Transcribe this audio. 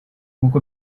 nkuko